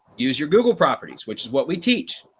use your google properties, which is what we teach.